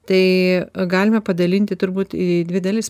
tai galime padalinti turbūt į dvi dalis